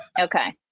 Okay